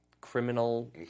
criminal